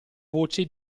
voce